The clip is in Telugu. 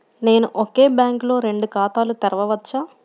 నేను ఒకే బ్యాంకులో రెండు ఖాతాలు తెరవవచ్చా?